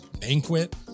banquet